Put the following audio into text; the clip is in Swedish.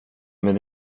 med